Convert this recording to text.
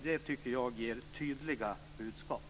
Jag tycker att detta är ett tydligt budskap.